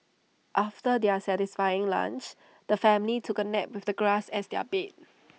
after their satisfying lunch the family took A nap with the grass as their bed